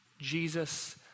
Jesus